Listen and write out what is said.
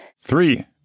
Three